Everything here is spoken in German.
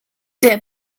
der